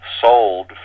sold